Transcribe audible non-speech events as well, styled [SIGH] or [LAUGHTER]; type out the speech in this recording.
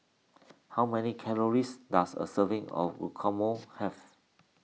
how many calories does a serving of [UNINTELLIGIBLE] have